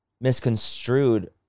misconstrued